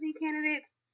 candidates